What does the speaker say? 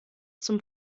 zum